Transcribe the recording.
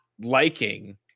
liking